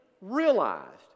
realized